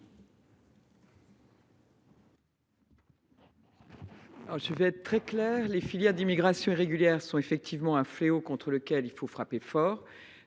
Je vais être très claire : les filières d’immigration irrégulière sont un fléau contre lequel il faut frapper fort.